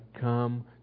come